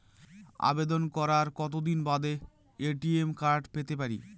আবেদন করার কতদিন বাদে এ.টি.এম কার্ড পেতে পারি?